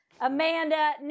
Amanda